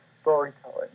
storytelling